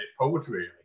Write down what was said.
poetry